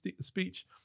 speech